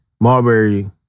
Marbury